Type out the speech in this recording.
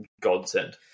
godsend